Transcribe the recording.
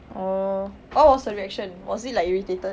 oh what was her reaction was it like irritated